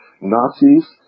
Nazis